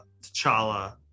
t'challa